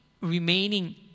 remaining